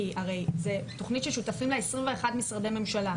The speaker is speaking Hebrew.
כי הרי זו תכנית ששותפים לה 21 משרדי ממשלה.